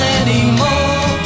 anymore